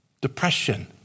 depression